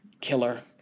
killer